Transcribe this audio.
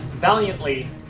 valiantly